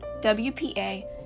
WPA